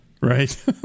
right